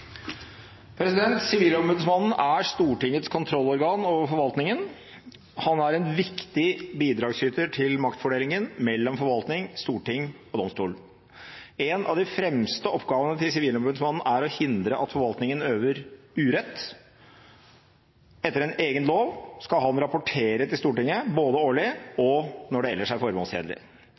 Sivilombudsmannen er Stortingets kontrollorgan over forvaltningen. Han er en viktig bidragsyter til maktfordelingen mellom forvaltning, Storting og domstol. En av de fremste oppgavene til Sivilombudsmannen er å hindre at forvaltningen øver urett. Etter en egen lov skal han rapportere til Stortinget både årlig og når det ellers er formålstjenlig.